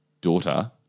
daughter